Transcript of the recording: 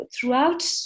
throughout